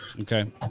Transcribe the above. Okay